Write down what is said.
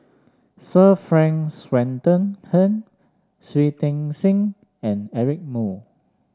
Sir Frank Swettenham Shui Tit Sing and Eric Moo